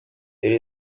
there